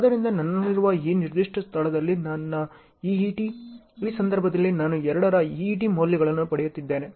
ಆದ್ದರಿಂದ ನನ್ನಲ್ಲಿರುವ ಈ ನಿರ್ದಿಷ್ಟ ಸ್ಥಳದಲ್ಲಿ ನನ್ನ EET ಈ ಸಂಪರ್ಕದಲ್ಲಿ ನಾನು 2 ರ EET ಮೌಲ್ಯವನ್ನು ಪಡೆಯುತ್ತಿದ್ದೇನೆ